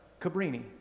Cabrini